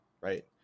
right